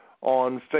on